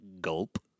Gulp